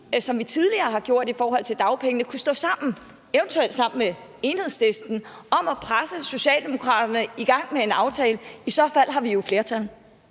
som vi tidligere har gjort i forhold til dagpengene, kan stå sammen, eventuelt sammen med Enhedslisten, om at presse Socialdemokraterne til at gå i gang med en aftale. I så fald har vi jo flertal.